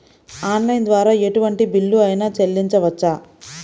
Online ద్వారా ఎటువంటి bill అయినా చెల్లించవచ్చా?